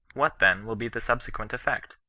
what, then, will be the subsequent effect?